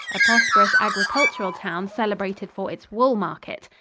a prosperous agricultural town celebrated for its wool market.